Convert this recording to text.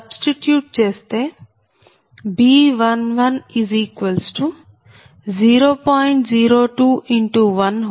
substitute చేస్తే B110